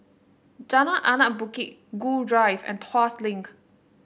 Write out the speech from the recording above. Jalan Anak Bukit Gul Drive and Tuas Link